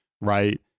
right